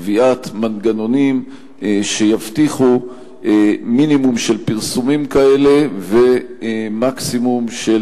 קביעת מנגנונים שיבטיחו מינימום של פרסומים כאלה ומקסימום של